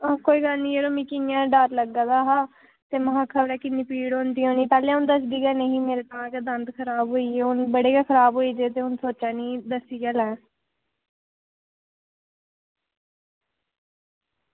कोई गल्ल निं यरो मिगी इ'यां डर लग्गा दा हा महां खबरै किन्नी पीड़ होंदी होनी पैह्लें अ'ऊं दस्सदी गै नेईं ही मेरे दंद तां गै खराब होई गे हून बड़े गै खराब होई गे ते हून सोचा नी दस्सी गै लैं